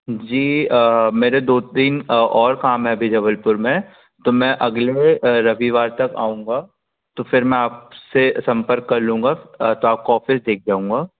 जी मेरे दो तीन और काम है अभी जबलपुर में तो मैं अगले रविवार तक आऊँगा तो फिर मैं आपसे संपर्क कर लूँगा तो आपका ऑफिस देख जाऊँगा